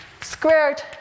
squared